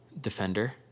Defender